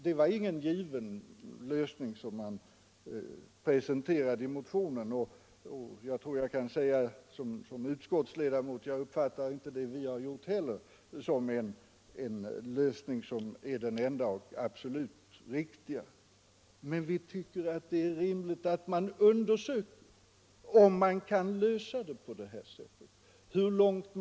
Motionen presenterade ingen given lösning, och jag kan som utskottsledamot säga att vi inte uppfattar utskottets förslag till lösning som den enda och absolut riktiga. Men vi tycker att det är rimligt att undersöka möjligheterna för en sådan här lösning.